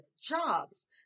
jobs